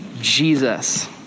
Jesus